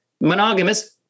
monogamous